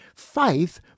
faith